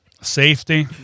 Safety